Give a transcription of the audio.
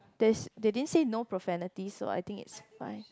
there's they didn't say no profanities so I think it's fine